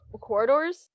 corridors